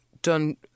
done